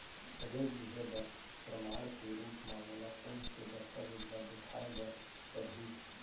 ऋण लिहे बर प्रमाण के रूप मा मोला कोन से दस्तावेज ला देखाय बर परही?